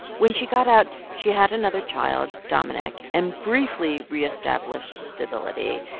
when she got out, she had another child, dominic, and briefly re-established stability.